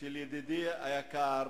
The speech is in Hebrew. של ידידי היקר,